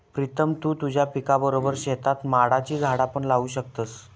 प्रीतम तु तुझ्या पिकाबरोबर शेतात माडाची झाडा पण लावू शकतस